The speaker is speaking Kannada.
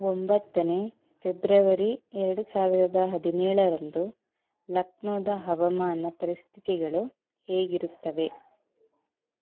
ಒಂಬತ್ತನೇ ಫೆಬ್ರವರಿ ಎರಡು ಸಾವಿರದ ಹದಿನೇಳರಂದು ಲಕ್ನೋದ ಹವಾಮಾನ ಪರಿಸ್ಥಿತಿಗಳು ಹೇಗಿರುತ್ತವೆ